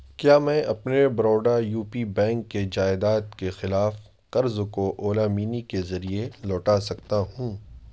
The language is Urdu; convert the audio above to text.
کیا میں اپنے بروڈا یوپی بینک کے جائیداد کے خلاف قرض کو اولا منی کے ذریعے لوٹا سکتا ہوں